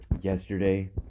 yesterday